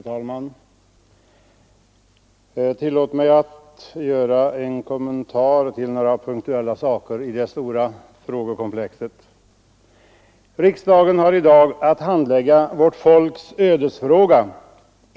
Herr talman! Tillåt mig att göra en kommentar till några punkter i det stora frågekomplexet. Riksdagen har i dag att handlägga vårt folks ödesfråga.